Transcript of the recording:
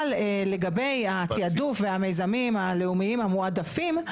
אבל לגבי התעדוף והמיזמים הלאומיים המועדפים,